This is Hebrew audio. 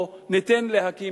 או ניתן להקים,